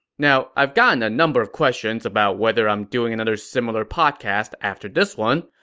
now, i've gotten a number of questions about whether i'm doing another similar podcast after this one,